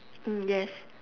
mm yes